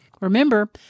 Remember